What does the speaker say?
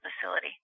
facility